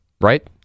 Right